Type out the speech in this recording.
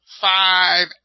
five